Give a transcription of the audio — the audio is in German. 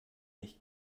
nicht